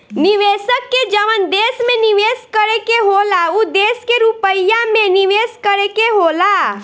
निवेशक के जवन देश में निवेस करे के होला उ देश के रुपिया मे निवेस करे के होला